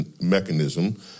mechanism